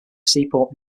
seaport